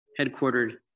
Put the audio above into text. headquartered